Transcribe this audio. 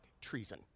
treason